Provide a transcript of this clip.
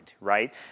right